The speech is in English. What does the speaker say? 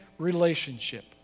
relationship